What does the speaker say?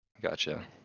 Gotcha